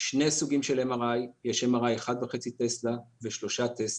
סוגים של MRI, יש MRI 1.5 טסלה ו-3 טסלה,